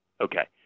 Okay